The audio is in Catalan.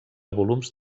volums